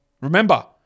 Remember